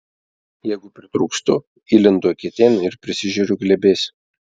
jeigu pritrūkstu įlendu eketėn ir prisižeriu glėbiais